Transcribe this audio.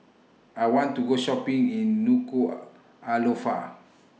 I want to Go Shopping in Nuku'Alofa